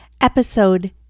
Episode